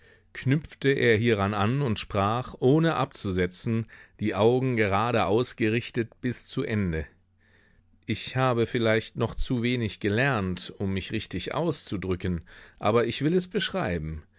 knüpfte er hieran an und sprach ohne abzusetzen die augen geradeaus gerichtet bis zu ende ich habe vielleicht noch zu wenig gelernt um mich richtig auszudrücken aber ich will es